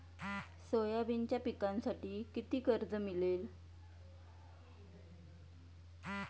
सोयाबीनच्या पिकांसाठी किती कर्ज मिळेल?